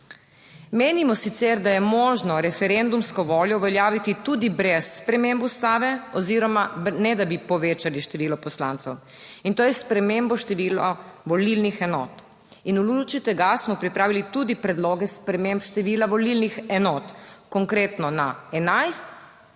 Menimo sicer, da je možno referendumsko voljo uveljaviti tudi brez sprememb Ustave oziroma **24. TRAK: (VP) 11.55** (nadaljevanje) ne da bi povečali število poslancev. In to je s spremembo števila volilnih enot. In v luči tega smo pripravili tudi predloge sprememb števila volilnih enot, konkretno na 11